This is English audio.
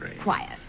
Quiet